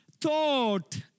thought